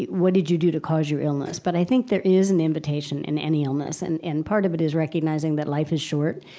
what did you do to cause your illness? but i think there is an invitation in any illness, and part of it is recognizing that life is short.